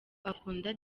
akunda